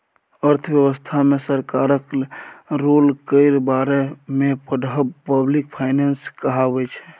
अर्थव्यवस्था मे सरकारक रोल केर बारे मे पढ़ब पब्लिक फाइनेंस कहाबै छै